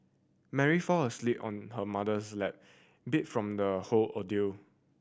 Mary fall asleep on her mother's lap beat from the whole ordeal